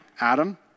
Adam